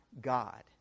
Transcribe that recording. God